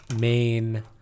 main